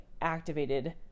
activated